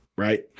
Right